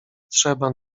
trzeba